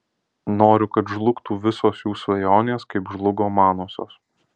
noriu kad žlugtų visos jų svajonės kaip žlugo manosios